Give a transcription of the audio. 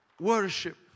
Worship